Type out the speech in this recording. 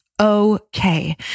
okay